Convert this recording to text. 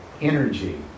energy